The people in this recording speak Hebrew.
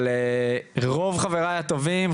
אבל רוב חבריי הטובים,